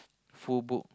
full book